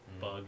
bug